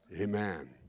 Amen